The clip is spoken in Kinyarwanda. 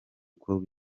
uko